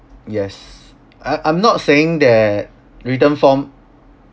yes I I'm not saying that written form